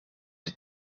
het